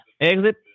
Exit